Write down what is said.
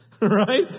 Right